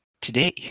today